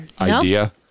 idea